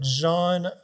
John